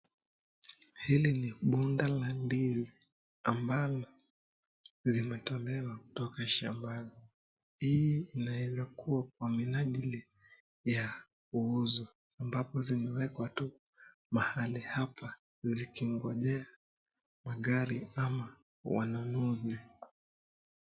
Hili ni bunda la ndizi ambalo limetolewa kutoka shambani hii inaweza kuwa kwa minajili ya kuuzwa ambapo zimewekwa mahali hapa zikingojea magari ama wanunuzi.